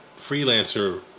freelancer